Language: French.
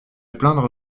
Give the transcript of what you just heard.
plaindre